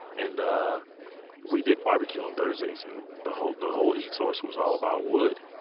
and we did barbecue on thursdays. and the whole the whole heat source was all about wood.